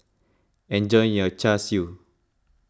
enjoy your Char Siu